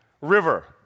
river